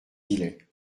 îlets